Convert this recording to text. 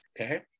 okay